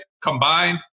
combined